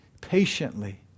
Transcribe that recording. patiently